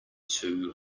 too